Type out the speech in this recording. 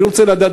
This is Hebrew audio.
אני רוצה לדעת,